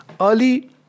early